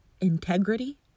integrity